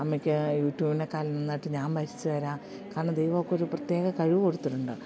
അമ്മയ്ക്ക് യൂട്യൂബിനെക്കാളും നന്നായിട്ട് ഞാൻ വരിച്ചു തരാം കാരണം ദൈവം അവൾക്ക് ഒരു പ്രത്യേക കഴിവ് കൊടുത്തിട്ടുണ്ട്